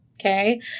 Okay